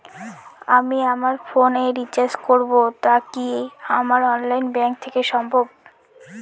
আমি আমার ফোন এ রিচার্জ করব টা কি আমার অনলাইন ব্যাংক থেকেই সম্ভব?